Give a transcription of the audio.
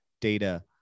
data